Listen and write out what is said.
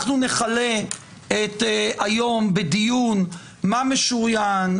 אנחנו נכלה את היום בדיון מה משוריין,